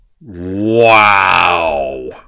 Wow